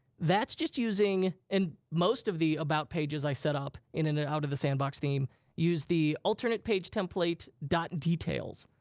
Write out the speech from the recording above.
that's just using, and most of the about pages i set up in in the out of the sandbox theme used the alternate page template details.